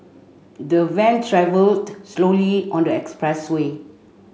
the van travelled slowly on the expressway